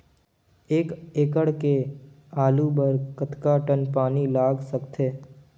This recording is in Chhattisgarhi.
एक एकड़ के आलू बर कतका टन पानी लाग सकथे?